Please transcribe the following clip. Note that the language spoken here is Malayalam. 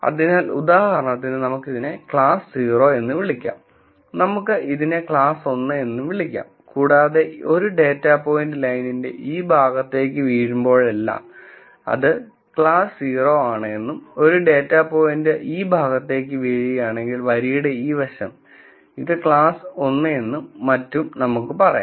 അതിനാൽ ഉദാഹരണത്തിന് നമുക്ക് ഇതിനെ ക്ലാസ് 0 എന്ന് വിളിക്കാം നമുക്ക് ഇതിനെ ക്ലാസ് 1 എന്ന് വിളിക്കാം കൂടാതെ ഒരു ഡാറ്റാ പോയിന്റ് ലൈനിന്റെ ഈ ഭാഗത്തേക്ക് വീഴുമ്പോഴെല്ലാം അത് ക്ലാസ് 0 ആണെന്നും ഒരു ഡാറ്റ പോയിന്റ് ഈ ഭാഗത്തേക്ക് വീഴുകയാണെങ്കിൽ വരിയുടെ ഈ വശം ഇത് ക്ലാസ് 1 എന്നും മറ്റും നമുക്ക് പറയാം